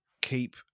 keep